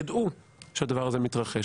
ידעו שהדבר הזה מתרחש,